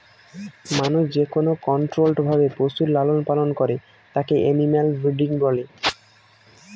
মানুষ যেকোনো কন্ট্রোল্ড ভাবে পশুর লালন পালন করে তাকে এনিম্যাল ব্রিডিং বলে